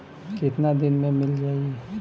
कितना दिन में मील जाई?